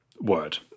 word